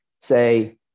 Say